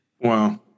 Wow